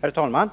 Herr talman!